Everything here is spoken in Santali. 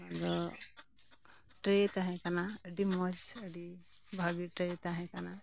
ᱟᱫᱚ ᱴᱨᱮᱹ ᱛᱟᱦᱮᱸ ᱠᱟᱱᱟ ᱟᱹᱰᱤ ᱢᱚᱡᱽ ᱟᱹᱰᱤ ᱵᱷᱟᱹᱜᱤ ᱴᱨᱮ ᱛᱟᱦᱮᱸ ᱠᱟᱱᱟ